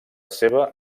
seva